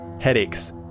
headaches